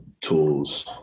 tools